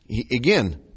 again